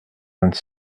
vingt